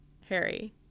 Harry